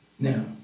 Now